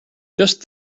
just